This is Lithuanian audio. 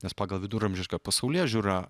nes pagal viduramžišką pasaulėžiūrą